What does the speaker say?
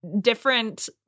different